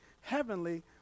heavenly